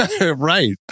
Right